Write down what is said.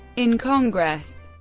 in congress